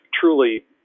truly